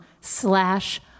slash